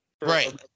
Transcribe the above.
right